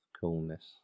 coolness